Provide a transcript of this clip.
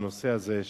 הנושא הזה,